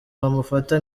bamufata